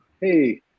hey